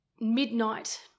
midnight –